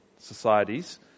societies